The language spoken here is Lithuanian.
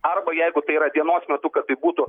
arba jeigu tai yra dienos metu kad tai būtų